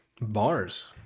Bars